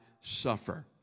suffer